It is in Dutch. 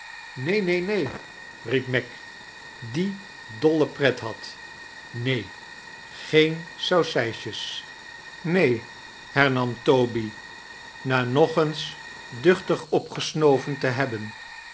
neen n en neen riep meg die dolls pret had neen geen saucijsjes neen hernam toby na nog eens duchtig opgesnoyen te hebben